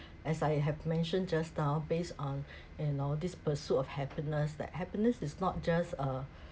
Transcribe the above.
as I have mentioned just now based on you know this pursuit of happiness that happiness is not just uh